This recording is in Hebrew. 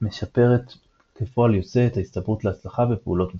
משפרת כפועל יוצא את ההסתברות להצלחה בפעולות מסוימות.